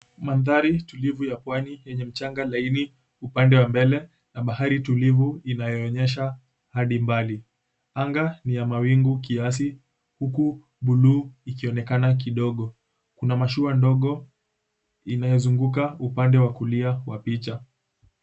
Maandhari tulivu ya pwani yenye mchanga laini upande wa mbele na mahari tulivu inayoonyesha hadi mbali. Anga ni yamawingu kiasi huku buluu ikionekana kidogo. Kuna mashua ndogo inayozunguka upande wa kulia wa picha.